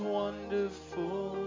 wonderful